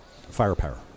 Firepower